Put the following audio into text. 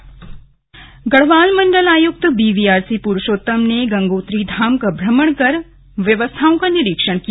मंडल आयुक्त दौरा गढ़वाल मण्डल आयुक्त बीवीआरसी पुरुषोत्तम ने गंगोत्री का भ्रमण कर व्यवस्थाओं का निरीक्षण किया